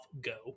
go